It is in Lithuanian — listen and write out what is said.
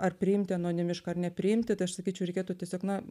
ar priimti anonimišką ar nepriimti tai aš sakyčiau reikėtų tiesiog na